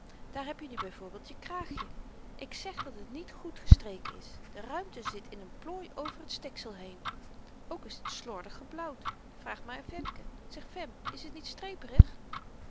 daar heb je nu by voorbeeld je kraagje ik zeg dat het niet goed gestreken is de ruimte zit in n plooi over t stiksel heen ook is t slordig geblauwd vraag maar aan femke zeg fem is t niet